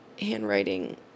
handwriting